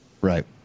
Right